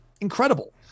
incredible